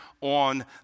on